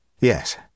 Yes